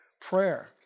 Prayer